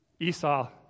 Esau